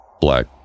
black